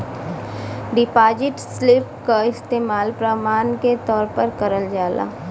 deposit slip क इस्तेमाल प्रमाण के तौर पर करल जाला